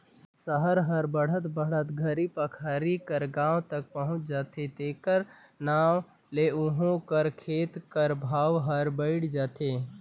सहर हर बढ़त बढ़त घरी पखारी कर गाँव तक पहुंच जाथे तेकर नांव ले उहों कर खेत कर भाव हर बइढ़ जाथे